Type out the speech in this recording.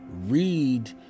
read